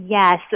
Yes